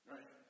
Right